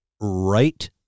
right